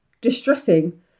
distressing